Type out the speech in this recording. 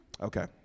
Okay